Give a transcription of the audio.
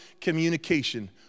communication